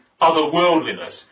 otherworldliness